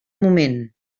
moment